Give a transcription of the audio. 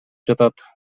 жатат